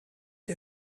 der